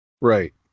right